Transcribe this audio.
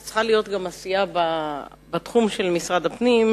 אז צריכה להיות גם עשייה בתחום של משרד הפנים,